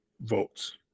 votes